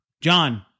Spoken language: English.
John